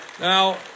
Now